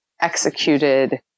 executed